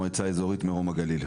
מועצה אזורית מרום הגליל.